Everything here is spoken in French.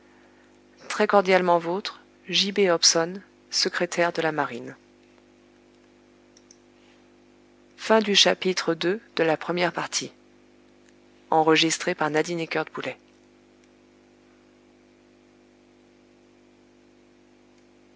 très cordialement votre j b hobson secrétaire de la marine iii